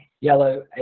yellow